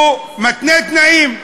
הוא מתנה תנאים.